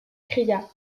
cria